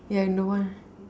yeah no one